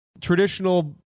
traditional